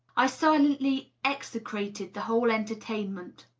i silently execrated the whole entertainment.